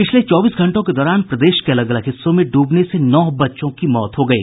पिछले चौबीस घंटों के दौरान प्रदेश के अलग अलग हिस्सों में डूबने से नौ बच्चों की मौत हो गयी